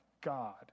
God